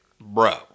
bro